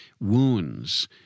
wounds